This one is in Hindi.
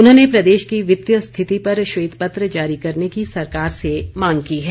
उन्होंने प्रदेश के वित्तिय स्थिति पर श्वेत पत्र जारी करने की सरकार से मांग की है